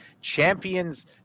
Champions